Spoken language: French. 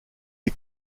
est